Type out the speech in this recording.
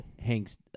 hank's